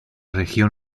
región